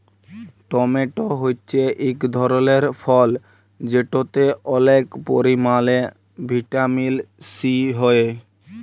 tomato হছে ইক ধরলের ফল যেটতে অলেক পরিমালে ভিটামিল সি হ্যয়